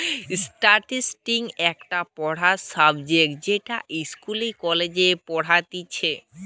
statistics একটা পড়ার subject যেটা ইস্কুলে, কলেজে পড়াইতিছে